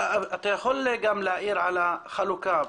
אתה יכול להעיר גם החלוקה?